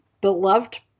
Beloved